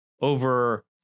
Over